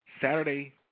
Saturday